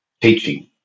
teaching